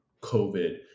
COVID